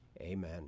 Amen